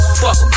fuck